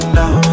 now